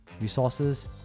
resources